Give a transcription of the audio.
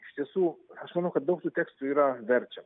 iš tiesų aš manau kad daug tų tekstų yra verčiama